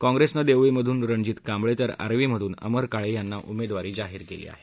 काँप्रेसनं देवळीमधून रणजित कांबळे तर आर्वीमधून अमर काळे यांना उमेदवारी जाहीर केली आहे